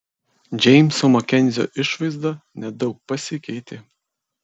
džeimso makenzio išvaizda nedaug pasikeitė